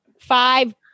five